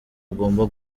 ugomba